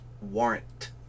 warrant